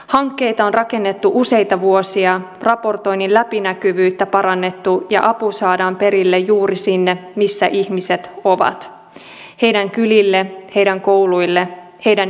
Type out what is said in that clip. hankkeita on rakennettu useita vuosia raportoinnin läpinäkyvyyttä parannettu ja apu saadaan perille juuri sinne missä ihmiset ovat heidän kylilleen heidän kouluilleen heidän yhteisöilleen